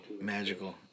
Magical